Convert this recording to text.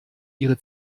ihre